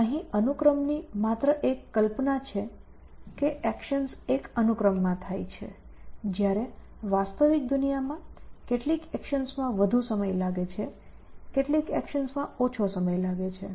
અહીં અનુક્રમની માત્ર એક કલ્પના છે કે એકશન્સ એક અનુક્રમમાં થાય છે જ્યારે વાસ્તવિક દુનિયામાં કેટલીક એકશન્સમાં વધુ સમય લાગે છે કેટલીક એકશન્સમાં ઓછો સમય લાગે છે